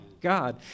God